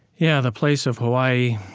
yeah, the place of hawaii,